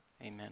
amen